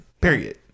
Period